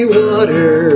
water